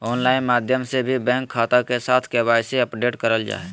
online माध्यम से भी बैंक खाता के साथ के.वाई.सी अपडेट करल जा हय